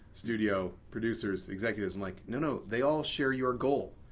studio. producers. executives. i'm like, no, no, they all share your goal.